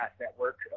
Network